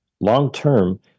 long-term